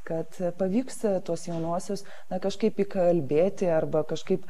kad pavyks tuos jaunuosius na kažkaip įkalbėti arba kažkaip